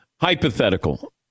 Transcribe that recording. Hypothetical